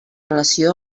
relació